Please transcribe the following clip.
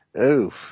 Oof